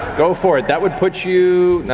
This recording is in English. go for it, that would put you,